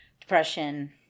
depression